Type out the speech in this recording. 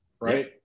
right